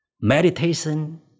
Meditation